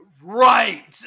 Right